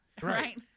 right